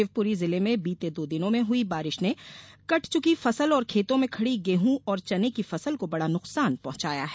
शिवपुरी जिले में बीते दो दिनों में हुई बारिश ने कट चुकी फसल और खेतों में खड़ी गेहूं और चने की फसल को बड़ा नुकसान पहुंचाया है